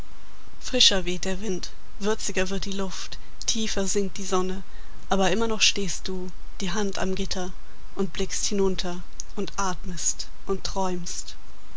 frischer weht der wind würziger wird die luft tiefer sinkt die sonne aber immer noch stehst du die hand am gitter und blickst hinunter und atmest und träumst